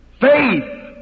faith